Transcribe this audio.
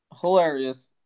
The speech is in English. hilarious